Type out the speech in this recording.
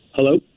Hello